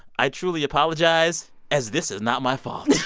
i truly apologize as this is not my fault.